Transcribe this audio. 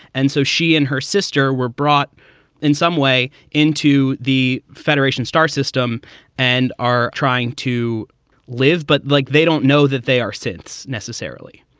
and so she and her sister were brought in some way into the federation star system and are trying to live. but like they don't know that they are since necessarily.